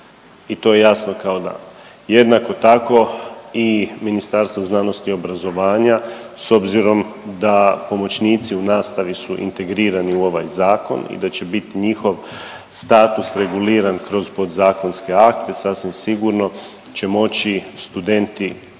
i to je jasno kao dan. Jednako tako i Ministarstvo znanosti i obrazovanja s obzirom da pomoćnici u nastavi su integrirani u ovaj zakon i da će bit njihov status reguliran kroz podzakonske akte, sasvim sigurno će moći studenti,